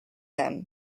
them